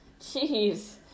Jeez